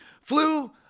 flu